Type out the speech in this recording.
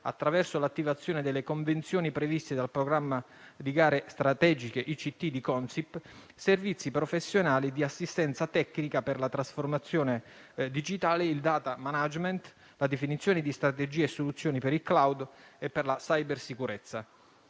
attraverso l'attivazione delle convenzioni previste dal programma di gare strategiche ICT di Consip, servizi professionali di assistenza tecnica per la trasformazione digitale, il *data management*, la definizione di strategie e soluzioni per il *cloud* e per la cybersicurezza.